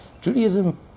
Judaism